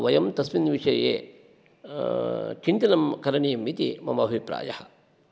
वयं तस्मिन् विषये चिन्तनं करणीयम् इति मम अभिप्रायः